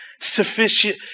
sufficient